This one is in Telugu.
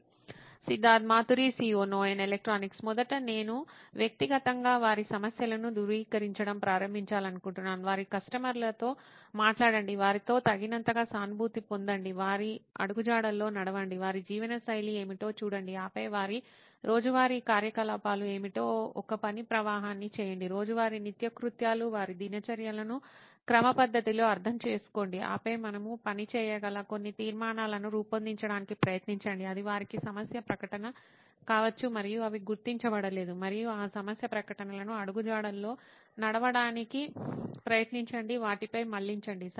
సిద్ధార్థ్ మాతురి CEO నోయిన్ ఎలక్ట్రానిక్స్ మొదట నేను వ్యక్తిగతంగా వారి సమస్యలను ధృవీకరించడం ప్రారంభించాలనుకుంటున్నాను వారి కస్టమర్లతో మాట్లాడండి వారితో తగినంతగా సానుభూతి పొందండి వారి అడుగుజాడల్లోనడవండి వారి జీవనశైలి ఏమిటో చూడండి ఆపై వారి రోజువారీ కార్యకలాపాలు ఏమిటో ఒక పని ప్రవాహాన్ని చేయండి రోజువారీ నిత్యకృత్యాలు వారి దినచర్యలను క్రమపద్ధతిలో అర్థం చేసుకోండి ఆపై మనము పని చేయగల కొన్ని తీర్మానాలను రూపొందించడానికి ప్రయత్నించండి అది వారికి సమస్య ప్రకటన కావచ్చు మరియు అవి గుర్తించబడలేదు మరియు ఆ సమస్య ప్రకటనలను అడుగుజాడల్లో నడవటానికి ప్రయత్నించండి వాటిపై మళ్ళించండి